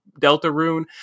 Deltarune